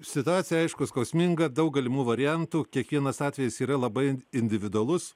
situacija aišku skausminga daug galimų variantų kiekvienas atvejis yra labai individualus